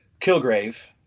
Kilgrave